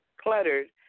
cluttered